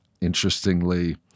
Interestingly